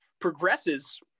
progresses